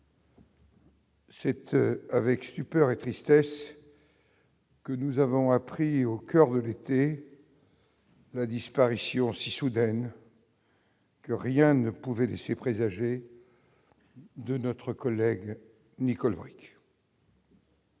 Cette avec stupeur et tristesse que nous avons appris au coeur de l'été. La disparition si soudaine. Que rien ne pouvait laisser présager de notre collègue Nicole Bricq.